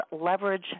Leverage